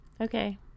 Okay